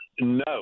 No